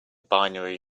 binary